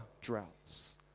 droughts